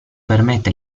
permette